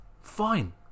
Fine